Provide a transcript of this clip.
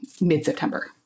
mid-September